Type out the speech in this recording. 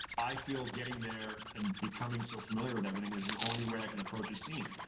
i feel getting there and becoming so familiar with everything is the only way i can approach a scene.